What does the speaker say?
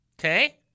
Okay